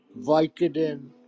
Vicodin